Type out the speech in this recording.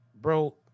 bro